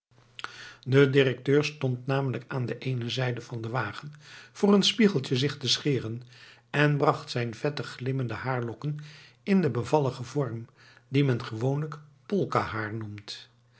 de directeur stond namelijk aan de eene zijde van den wagen voor een spiegeltje zich te scheren en bracht zijn vettig glimmende haarlokken in den bevalligen vorm dien men gewoonlijk polka haar noemt